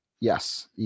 Yes